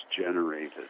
generated